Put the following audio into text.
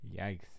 Yikes